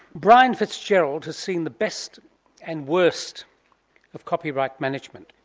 brian fitzgerald has seen the best and worst of copyright management.